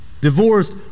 Divorced